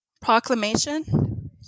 proclamation